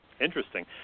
Interesting